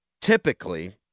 typically